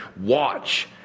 watch